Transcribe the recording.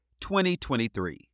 2023